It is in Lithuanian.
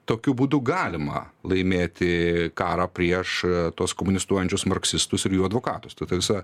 tokiu būdu galima laimėti karą prieš tuos komunistuojančius marksistus ir jų advokatus tai ta visa